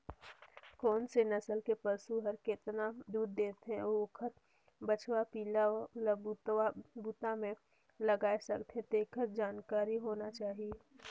कोन से नसल के पसु हर केतना दूद देथे अउ ओखर बछवा पिला ल बूता में लगाय सकथें, तेखर जानकारी होना चाही